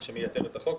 מה שמייתר את החוק.